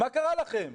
מה קרה לכם?